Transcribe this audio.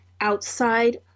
outside